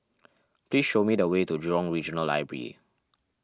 please show me the way to Jurong Regional Library